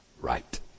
right